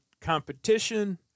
competition